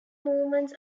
movements